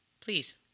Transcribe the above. Please